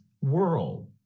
world